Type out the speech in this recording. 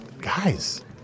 Guys